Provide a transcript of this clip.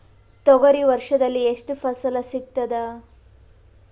ತೊಗರಿ ವರ್ಷದಲ್ಲಿ ಎಷ್ಟು ಫಸಲ ಸಿಗತದ?